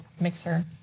mixer